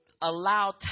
allow